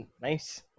Nice